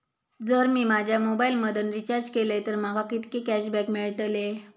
जर मी माझ्या मोबाईल मधन रिचार्ज केलय तर माका कितके कॅशबॅक मेळतले?